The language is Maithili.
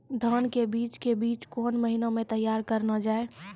धान के बीज के बीच कौन महीना मैं तैयार करना जाए?